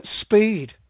Speed